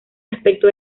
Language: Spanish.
respecto